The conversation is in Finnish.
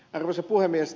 arvoisa puhemies